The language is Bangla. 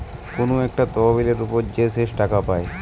কুনু একটা তহবিলের উপর যে শেষ টাকা পায়